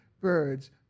birds